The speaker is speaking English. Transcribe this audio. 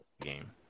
game